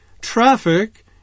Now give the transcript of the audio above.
traffic